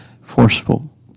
forceful